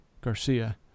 Garcia